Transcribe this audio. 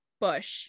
bush